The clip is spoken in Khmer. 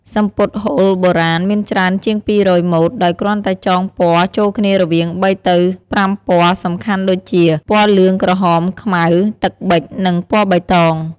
សំពត់ហូលបុរាណមានច្រើនជាង២០០ម៉ូត ដោយគ្រាន់តែចងពណ៌ចូលគ្នារវាង៣ទៅ៥ពណ៌សំខាន់ដូចជា ពណ៌លឿង ក្រហម ខ្មៅ ទឹកប៊ិច និងពណ៌បៃតង។